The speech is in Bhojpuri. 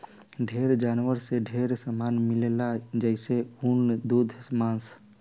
ढेर जानवर से ढेरे सामान मिलेला जइसे ऊन, दूध मांस